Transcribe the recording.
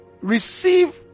receive